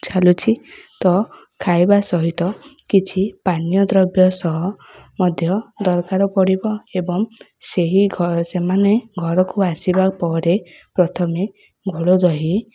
ଚାଲୁଛି ତ ଖାଇବା ସହିତ କିଛି ପାନୀୟ ଦ୍ରବ୍ୟ ସହ ମଧ୍ୟ ଦରକାର ପଡ଼ିବ ଏବଂ ସେହି ସେମାନେ ଘରକୁ ଆସିବା ପରେ ପ୍ରଥମେ ଘୋଳ ଦହି